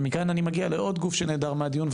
ומכאן אני מגיע לעוד גוף שנעדר מהדיון,